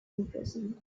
imprisoned